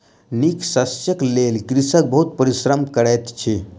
नीक शस्यक लेल कृषक बहुत परिश्रम करैत अछि